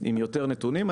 עם יותר נתונים.